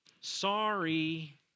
sorry